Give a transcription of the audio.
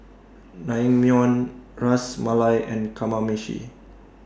Naengmyeon Ras Malai and Kamameshi